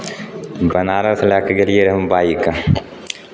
बनारस लए कऽ गेलियै रहए हम बाइक